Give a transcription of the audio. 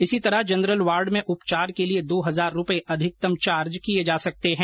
इसी तरह general ward में उपचार के लिए दो हजार रूपए अधिकतम चार्ज किए जा सकते हैं